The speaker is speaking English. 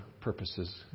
purposes